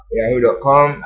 yahoo.com